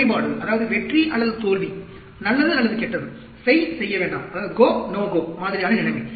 குறைபாடு அதாவது வெற்றி அல்லது தோல்வி நல்லது அல்லது கெட்டது செய் செய்யவேண்டாம் மாதிரியான நிலைமை